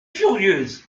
furieuse